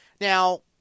Now